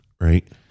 right